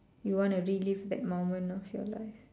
you wanna relive that moment of your life